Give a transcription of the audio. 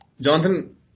Jonathan